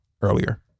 earlier